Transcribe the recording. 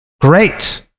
great